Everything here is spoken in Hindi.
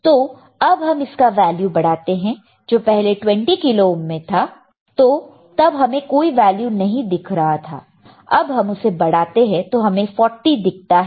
तो अब हम इसका वैल्यू बढ़ाते हैं जो पहले 20 किलो ओहम में था तो तब हमें कोई वैल्यू दिख नहीं रहा था तो अब हम उसे बढ़ाते हैं तो हमें 40 दिखता है